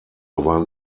waren